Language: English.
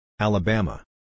Alabama